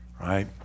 right